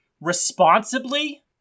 responsibly